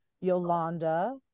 yolanda